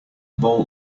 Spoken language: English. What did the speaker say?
bowl